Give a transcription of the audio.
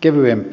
kevyempää